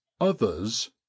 others